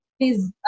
please